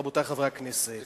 רבותי חברי הכנסת,